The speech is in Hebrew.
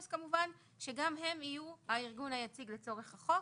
אז כמובן גם הם יהיו הארגון היציג לאורך החוק.